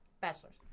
Bachelor's